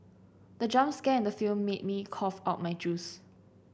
the jump scare in the film made me cough out my juice